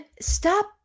stop